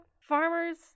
farmers